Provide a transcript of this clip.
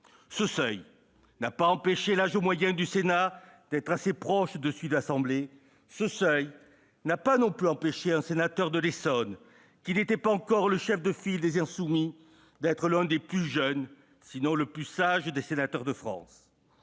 Ce seuil n'a pas empêché l'âge moyen du Sénat d'être assez proche de celui de l'Assemblée nationale. Il n'a pas non plus empêché un sénateur de l'Essonne, qui n'était pas encore le chef de file des Insoumis, d'être l'un des plus jeunes sinon le plus sage des sénateurs de France.